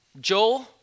Joel